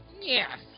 Yes